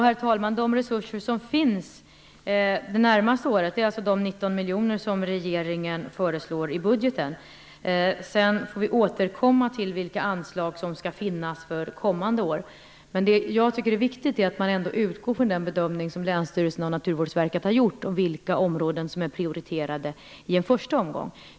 Herr talman! De resurser som finns det närmaste året är de 19 miljoner som regeringen föreslår i budgeten. Vi får återkomma till vilka anslag som skall finnas för kommande år. Jag tycker att det är viktigt att man ändå utgår från den bedömning som länsstyrelsen och Naturvårdsverket har gjort om vilka områden som är prioriterade i en första omgång.